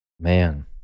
Man